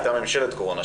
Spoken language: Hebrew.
הייתה ממשלת קורונה,